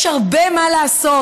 יש הרבה מה לעשות: